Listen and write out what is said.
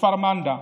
בכפר מנדא,